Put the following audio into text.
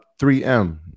3M